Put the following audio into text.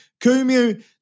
Kumu